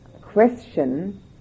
question